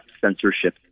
censorship